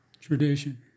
Tradition